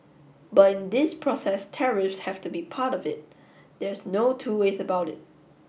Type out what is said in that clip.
but in this process tariffs have to be part of it there's no two ways about it